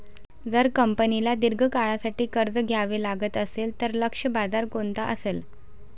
जर कंपनीला दीर्घ काळासाठी कर्ज घ्यावे लागत असेल, तर लक्ष्य बाजार कोणता असेल?